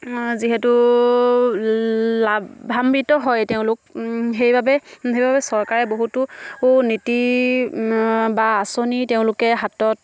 যিহেতু লাভাম্বিত হয় তেওঁলোক সেইবাবে চৰকাৰে বহুতো নীতি বা আঁচনি তেওঁলোকে হাতত